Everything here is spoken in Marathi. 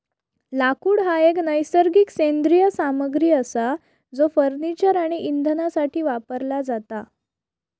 लाकूड हा एक नैसर्गिक सेंद्रिय सामग्री असा जो फर्निचर आणि इंधनासाठी वापरला जाता